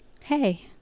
Hey